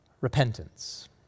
repentance